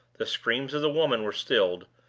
the screams of the woman were stilled,